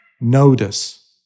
notice